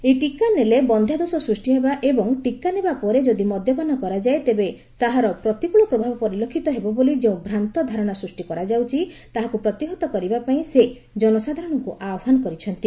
ଏହି ଟିକା ନେଲେ ବନ୍ଧ୍ୟାଦୋଷ ସୃଷ୍ଟି ହେବା ଏବଂ ଟିକା ନେବା ପରେ ଯଦି ମଦ୍ୟପାନ କରାଯାଏ ତେବେ ତାହାର ପ୍ରତିକୂଳ ପ୍ରଭାବ ପରିଲକ୍ଷିତ ହେବ ବୋଲି ଯେଉଁ ଭ୍ରାନ୍ତ ଧାରଣା ସୃଷ୍ଟି କରାଯାଉଛି ତାକୁ ପ୍ରତିହତ କରିବା ପାଇଁ ସେ ଜନସାଧାରଣଙ୍କୁ ଆହ୍ୱାନ କରିଛନ୍ତି